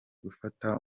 gufata